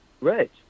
Right